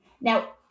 Now